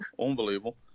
Unbelievable